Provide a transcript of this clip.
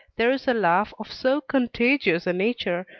there is a laugh of so contagious a nature,